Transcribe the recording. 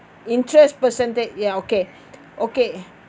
interest percentage ya okay okay